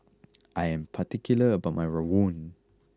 I am particular about my rawon